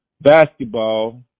basketball